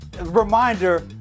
Reminder